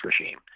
regime